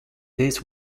this